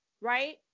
right